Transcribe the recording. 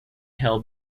held